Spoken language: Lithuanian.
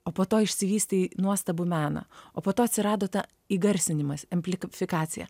o po to išsivystė į nuostabų meną o po to atsirado ta įgarsinimas amplifikacija